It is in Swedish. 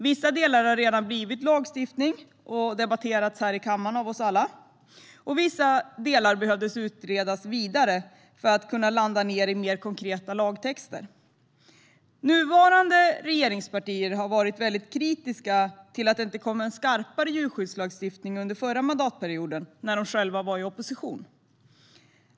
Vissa delar har redan blivit lagstiftning och debatterats i kammaren av oss alla. Andra delar behövde utredas vidare för att kunna landa i mer konkreta lagtexter. Nuvarande regeringspartier var väldigt kritiska till att det inte kom en skarpare djurskyddslagstiftning under förra mandatperioden när de var i opposition.